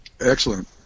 Excellent